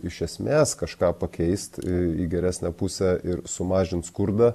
iš esmės kažką pakeist į geresnę pusę ir sumažint skurdą